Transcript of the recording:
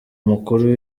mukuru